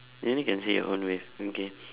you only can see your own wave okay